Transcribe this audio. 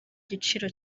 giciro